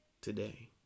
today